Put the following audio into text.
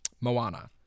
Moana